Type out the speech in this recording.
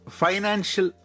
financial